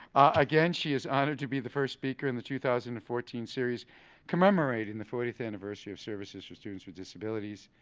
again, she is honored to be the first speaker in the two thousand and fourteen series commemorating the fortieth anniversary of services for students with disabilities.